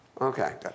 Okay